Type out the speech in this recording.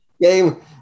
Game